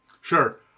Sure